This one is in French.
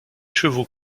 chevaux